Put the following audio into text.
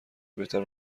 بهتر